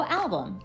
album